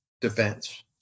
defense